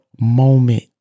moment